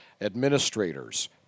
administrators